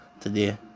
today